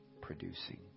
producing